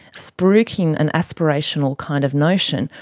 spruiking an aspirational kind of notion,